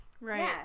right